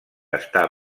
està